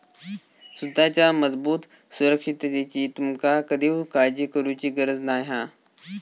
सुताच्या मजबूत सुरक्षिततेची तुमका कधीव काळजी करुची गरज नाय हा